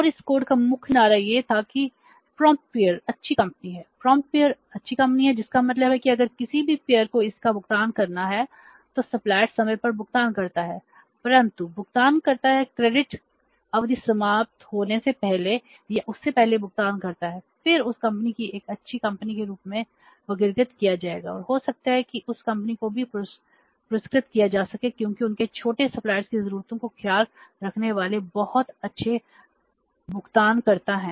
और इस कोड की जरूरतों का ख्याल रखने वाले बहुत अच्छे भुगतानकर्ता हैं